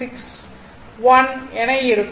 61 என இருக்கும்